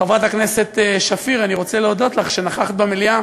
חברת הכנסת שפיר, אני רוצה להודות לך שנכחת במליאה